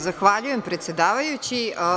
Zahvaljujem, predsedavajući.